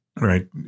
right